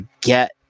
get